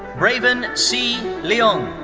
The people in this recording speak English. braven c. leung.